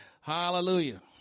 Hallelujah